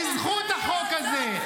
בזכות החוק הזה,